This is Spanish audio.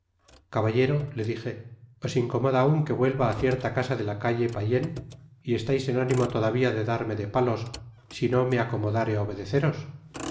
caballero le dije os incomoda aun que vuelva á cierta casa de la calle payenne y estais en ánimo todavia de darme de palos si no me acomodare obedeceros